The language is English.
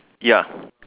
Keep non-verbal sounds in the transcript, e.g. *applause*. ya *breath*